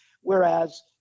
Whereas